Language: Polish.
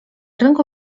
rynku